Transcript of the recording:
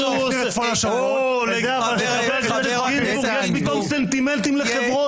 יש לך פתאום סנטימנטים לחברון.